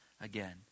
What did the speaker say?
again